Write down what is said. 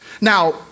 Now